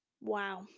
Wow